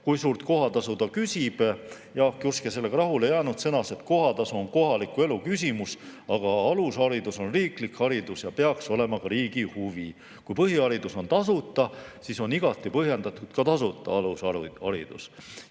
kui suurt kohatasu ta küsib. Jaak Juske sellega rahule ei jäänud ja sõnas, et kohatasu on kohaliku elu küsimus, aga alusharidus on riiklik haridus ja peaks olema ka riigi huvi. Kui põhiharidus on tasuta, siis on igati põhjendatud ka tasuta alusharidus.